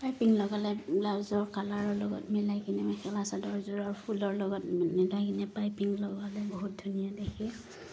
piping লগালে ব্লাউজৰ কালাৰৰ লগত মিলাই কিনে মেখেলা চাদৰযোৰৰ ফুলৰ লগত মিলাই কিনে পাইপিং লগালে বহুত ধুনীয়া দেখে